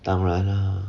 当然 lah